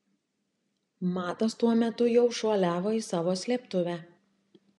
matas tuo metu jau šuoliavo į savo slėptuvę